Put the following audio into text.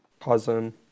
Cousin